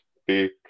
speak